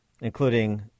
including